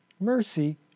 Mercy